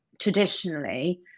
traditionally